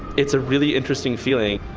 it's a really interesting feeling,